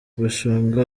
bashunga